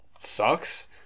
sucks